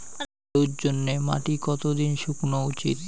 আলুর জন্যে মাটি কতো দিন শুকনো উচিৎ?